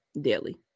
daily